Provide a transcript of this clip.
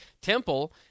Temple